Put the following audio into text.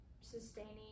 sustaining